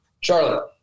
charlotte